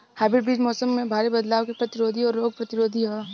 hybrid बीज मौसम में भारी बदलाव के प्रतिरोधी और रोग प्रतिरोधी ह